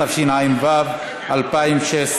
התשע"ו 2016,